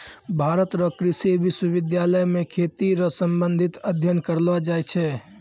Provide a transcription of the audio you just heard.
भारत रो कृषि विश्वबिद्यालय मे खेती रो संबंधित अध्ययन करलो जाय छै